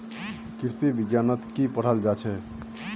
कृषि विज्ञानत की पढ़ाल जाछेक